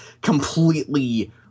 completely